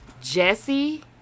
Jesse